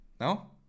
No